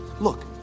look